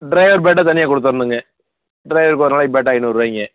driver batta தனியாக கொடுத்தர்ணுங்க ட்ரைவர்க்கு ஒரு நாளைக்கு பேட்டா ஐந்நூறுரூவாய்ங்க